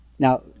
Now